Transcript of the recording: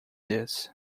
this